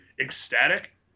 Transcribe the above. ecstatic